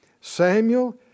Samuel